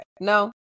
No